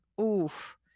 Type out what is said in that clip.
oof